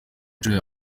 nshuro